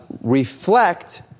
reflect